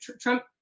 Trump